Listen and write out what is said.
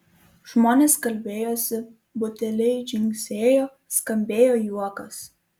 žmonės kalbėjosi buteliai dzingsėjo skambėjo juokas